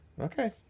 Okay